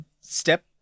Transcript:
step